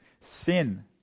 sin